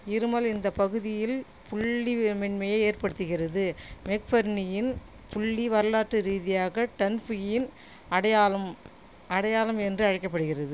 இருமல் இந்த பகுதியில் புள்ளி மென்மையை ஏற்படுத்துகிறது மெக்பர்னியின் புள்ளி வரலாற்று ரீதியாக டன்ஃபியின் அடையாளம் அடையாளம் என்று அழைக்கப்படுகிறது